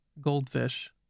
Goldfish